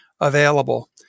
available